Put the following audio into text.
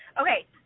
Okay